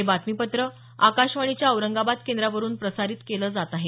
हे बातमीपत्र आकाशवाणीच्या औरंगाबाद केंद्रावरून प्रसारित केलं जात आहे